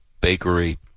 bakery